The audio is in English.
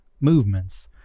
movements